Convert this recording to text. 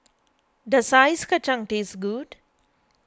does Ice Kachang taste good